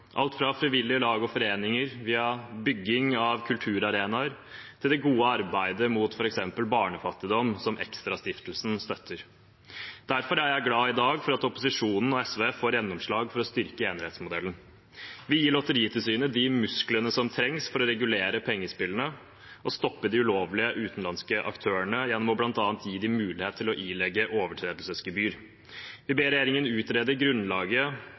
alt fra frivillige lag og foreninger, via bygging av kulturarenaer, til det gode arbeidet mot f.eks. barnefattigdom som Extrastiftelsen støtter. Derfor er jeg i dag glad for at opposisjonen med SV får gjennomslag for å styrke enerettsmodellen: Vi gir Lotteritilsynet de musklene som trengs for å regulere pengespillene og stoppe de ulovlige utenlandske aktørene, gjennom bl.a. å gi dem mulighet til å ilegge overtredelsesgebyr. Vi ber regjeringen utrede grunnlaget